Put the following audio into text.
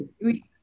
oui